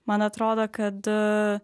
man atrodo kad